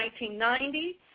1990